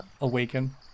awaken